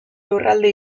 lurralde